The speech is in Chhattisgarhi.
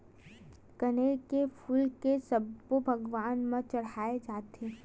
कनेर के फूल के सब्बो भगवान म चघाय जाथे